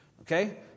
Okay